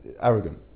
Arrogant